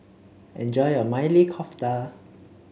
enjoy your Maili Kofta